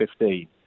2015